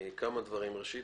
ראשית,